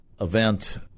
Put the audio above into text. event